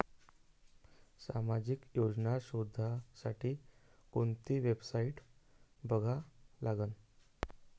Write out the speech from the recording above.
सामाजिक योजना शोधासाठी कोंती वेबसाईट बघा लागन?